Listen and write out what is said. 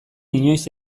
inoiz